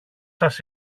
σας